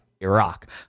Iraq